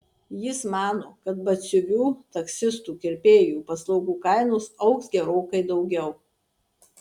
jis mano kad batsiuvių taksistų kirpėjų paslaugų kainos augs gerokai daugiau